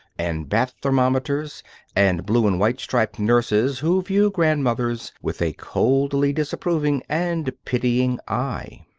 and bath-thermometers and blue-and-white striped nurses who view grandmothers with a coldly disapproving and pitying eye.